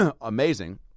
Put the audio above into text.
Amazing